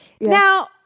Now